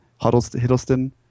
Hiddleston